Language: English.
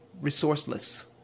resourceless